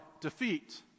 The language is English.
defeat